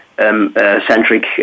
Centric